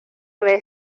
ves